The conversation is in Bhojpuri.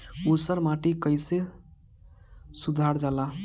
ऊसर माटी कईसे सुधार जाला?